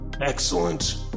Excellent